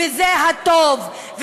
וזה הטוב,